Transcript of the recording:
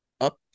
up